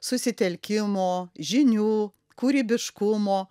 susitelkimo žinių kūrybiškumo